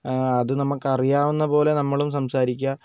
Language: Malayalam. അത് നമുക്കറിയാവുന്നത് പോലെ നമ്മളും സംസാരിക്കുക